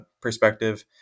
perspective